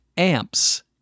amps